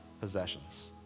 possessions